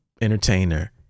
entertainer